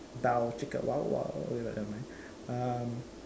bow chicka wow wow okay never mind um